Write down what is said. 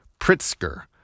Pritzker